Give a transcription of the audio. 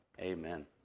Amen